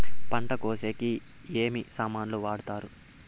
పంట కోసేకి ఏమి సామాన్లు వాడుతారు?